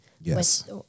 Yes